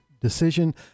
decision